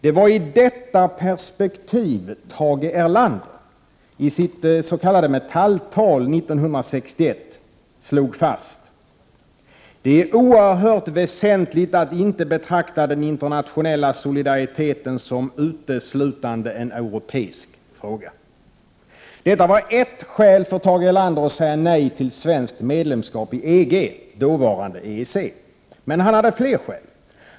Det var i detta perspektiv Tage Erlander i sitt s.k. Metalltal 1961 slog fast: ”Det är oerhört väsentligt att inte betrakta den internationella solidariteten som uteslutande en europeisk fråga.” Detta var eft skäl för Tage Erlander att säga nej till svenskt medlemskap i EG, dåvarande EEC. Men han hade fler skäl.